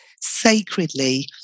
sacredly